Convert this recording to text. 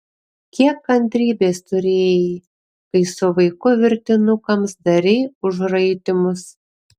kiek kantrybės turėjai kai su vaiku virtinukams darei užraitymus